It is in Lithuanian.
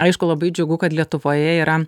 aišku labai džiugu kad lietuvoje yra